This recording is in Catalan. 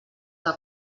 que